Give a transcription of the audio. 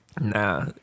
Nah